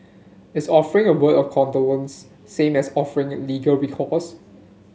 is offering a word of condolence same as offering at legal recourse